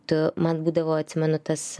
tu man būdavo atsimenu tas